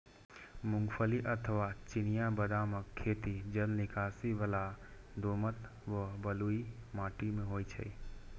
मूंगफली अथवा चिनिया बदामक खेती जलनिकासी बला दोमट व बलुई माटि मे होइ छै